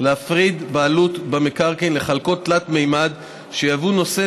להפרדת הבעלות במקרקעין לחלקות תלת-ממדיות שיהוו נושא